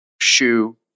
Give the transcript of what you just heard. shoe